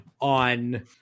on